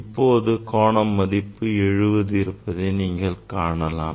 இப்போது கோணம் மதிப்பு 70 டிகிரி இருப்பதை நீங்கள் காணலாம்